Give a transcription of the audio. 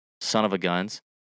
son-of-a-guns